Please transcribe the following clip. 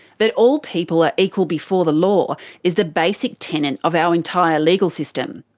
that all people are equal before the law is the basic tenet of our entire legal system.